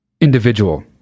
individual